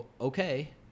okay